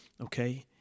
Okay